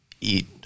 eat